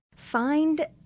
find